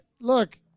look